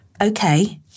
okay